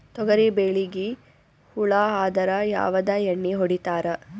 ತೊಗರಿಬೇಳಿಗಿ ಹುಳ ಆದರ ಯಾವದ ಎಣ್ಣಿ ಹೊಡಿತ್ತಾರ?